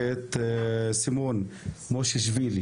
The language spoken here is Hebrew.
ואת סימון מושיאשוילי